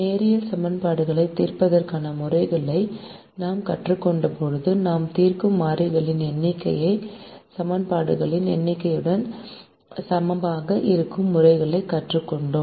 நேரியல் சமன்பாடுகளைத் தீர்ப்பதற்கான முறைகளை நாம் கற்றுக்கொண்டது நாம் தீர்க்கும் மாறிகளின் எண்ணிக்கை சமன்பாடுகளின் எண்ணிக்கையுடன் சமமாக இருக்கும் முறைகளைக் கற்றுக்கொண்டோம்